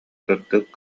сырдык